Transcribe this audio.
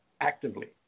actively